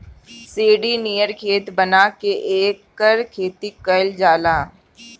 सीढ़ी नियर खेत बना के एकर खेती कइल जाला